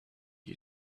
you